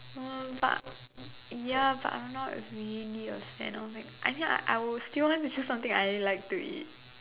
uh but ya but I'm not really a fan of it I think I I will still want to choose something I like to eat